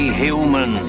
human